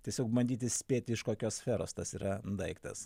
tiesiog bandyti spėti iš kokios sferos tas yra daiktas